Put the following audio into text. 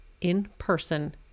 in-person